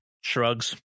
shrugs